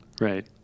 Right